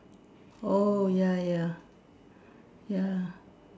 oh ya ya ya